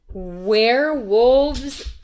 Werewolves